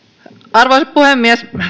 arvoisa puhemies